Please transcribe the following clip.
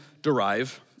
derive